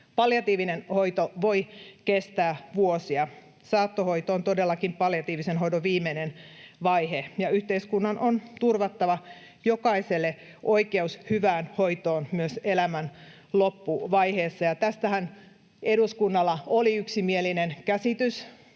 Palliatiivinen hoito voi kestää vuosia. Saattohoito on todellakin palliatiivisen hoidon viimeinen vaihe. Yhteiskunnan on turvattava jokaiselle oikeus hyvään hoitoon myös elämän loppuvaiheessa. Tästähän eduskunnalla oli yksimielinen käsitys.